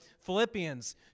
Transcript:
Philippians